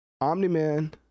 omni-man